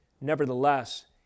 nevertheless